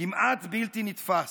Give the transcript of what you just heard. כמעט בלתי נתפס.